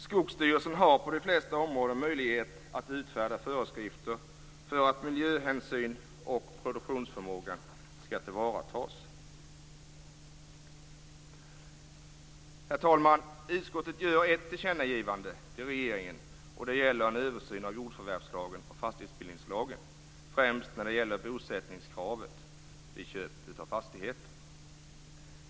Skogsstyrelsen har på de flesta områden möjlighet att utfärda föreskrifter för att miljöhänsyn och produktionsförmågan skall tillvaratas. Herr talman! Utskottet gör ett tillkännagivande till regeringen, och det gäller en översyn att jordförvärvslagen och fastighetsbildningslagen främst när det gäller bosättningskravet vid köp av fastigheter.